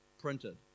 printed